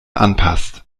anpasst